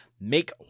make